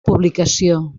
publicació